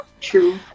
true